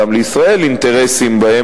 גם לישראל אינטרסים בהם,